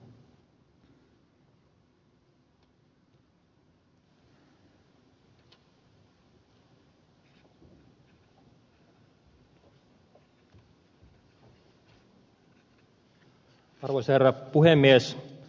arvoisa herra puhemies